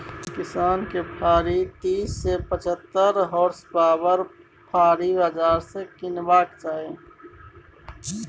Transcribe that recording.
किसान केँ फारी तीस सँ पचहत्तर होर्सपाबरक फाड़ी बजार सँ कीनबाक चाही